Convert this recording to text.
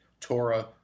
Torah